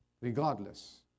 Regardless